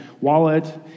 wallet